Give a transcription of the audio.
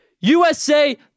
USA